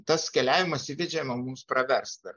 tas keliavimas į didžemę mums pravers dar